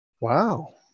Wow